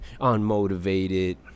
unmotivated